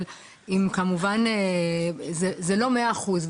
אבל כמובן לא במאה אחוז.